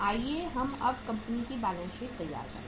आइए हम इस कंपनी के लिए बैलेंस शीट तैयार करें